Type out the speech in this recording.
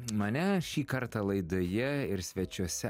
mane šį kartą laidoje ir svečiuose